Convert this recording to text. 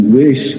wish